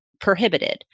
prohibited